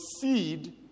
seed